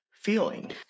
Feeling